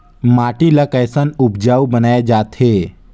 माटी ला कैसन उपजाऊ बनाय जाथे?